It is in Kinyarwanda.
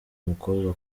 mukobwa